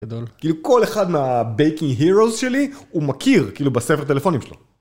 כאילו כל אחד מהבייקינג הירואס שלי הוא מכיר כאילו בספר טלפונים שלו